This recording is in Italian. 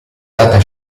data